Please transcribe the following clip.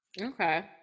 okay